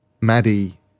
Maddie